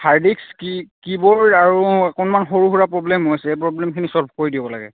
hard disk কী keyboard আৰু অকণমান সৰু সুৰা প্ৰব্লেমো আছে সেই প্ৰব্লেমখিনি চল্ভ কৰি দিব লাগে